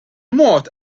mod